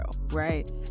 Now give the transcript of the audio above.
right